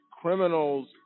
criminals